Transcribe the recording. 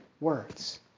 words